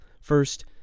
First